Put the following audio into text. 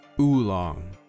oolong